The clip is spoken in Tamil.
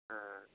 ஆ ஆ